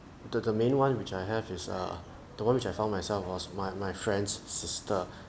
the the main one which I have is err the one which I found myself was my my friend's sister